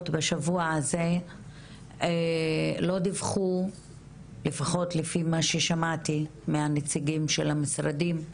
בשבוע הזה לא דיווחו לפחות לפי מה ששמעתי מהנציגים של המשרדים,